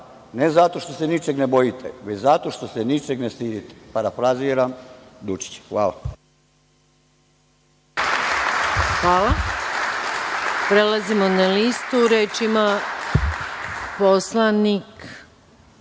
ne zato što se ničeg ne bojite, već zato što se ničeg ne stidite. Parafraziram Dučića. Hvala.